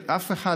אף אחד,